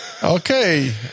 Okay